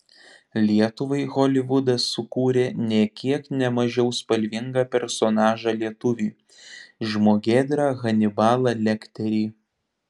lietuvai holivudas sukūrė nė kiek ne mažiau spalvingą personažą lietuvį žmogėdrą hanibalą lekterį